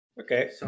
Okay